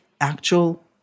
actual